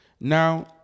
now